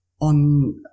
on